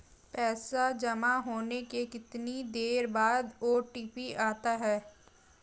पैसा जमा होने के कितनी देर बाद ओ.टी.पी आता है?